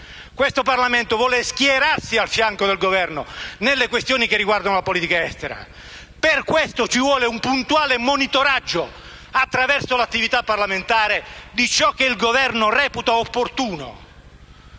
esteri, vuole schierarsi a fianco del Governo nelle questioni che riguardano la politica estera. Per questo ci vuole un puntuale monitoraggio, attraverso l'attività parlamentare, di ciò che il Governo reputa opportuno.